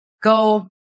go